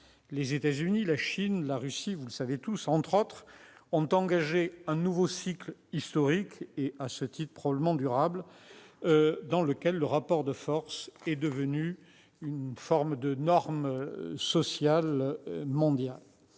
Les États-Unis, la Chine, la Russie, parmi d'autres pays, ont engagé un nouveau cycle historique et, à ce titre, probablement durable, dans lequel le rapport de force est devenu une forme de norme sociale mondiale.